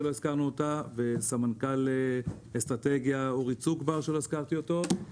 את סמנכ"ל אסטרטגיה אורי צוק-בר --- סגן שר החקלאות ופיתוח